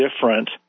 different